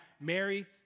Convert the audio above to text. Mary